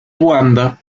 ruanda